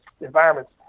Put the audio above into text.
environments